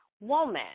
woman